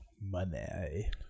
Money